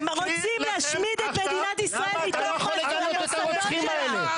רוצים להשמיד את מדינת ישראל מתוך המוסדות שלה.